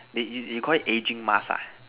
you you Call it aging mask ah